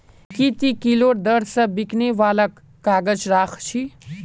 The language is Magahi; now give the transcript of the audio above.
की ती किलोर दर स बिकने वालक काग़ज़ राख छि